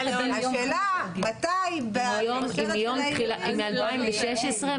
השאלה מתי --- היא מ-2016,